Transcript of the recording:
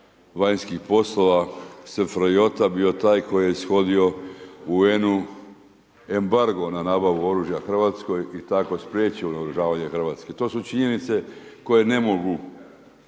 vanjskih poslova SFRJ bio taj koji je ishodio UN-u embargo na nabavu oružja Hrvatskoj i tako spriječio naoružavanje Hrvatske. To su činjenice koje ne mogu